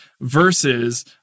versus